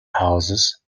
houses